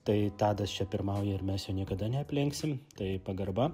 tai tadas čia pirmauja ir mes jo niekada neaplenksim tai pagarba